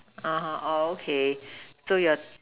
(uh huh) oh okay so you are